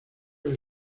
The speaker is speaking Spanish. del